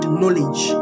knowledge